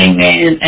Amen